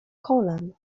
kolan